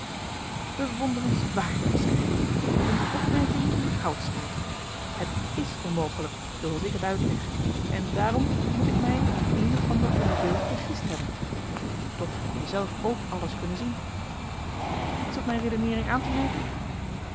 bewonderenswaardig zei hij een opmerking die hout snijdt het is onmogelijk zooals ik het uitleg en daarom moet ik mij in een of ander onderdeel vergist hebben toch heb je zelf ook alles kunnen zien heb je iets op mijn redeneering aan te merken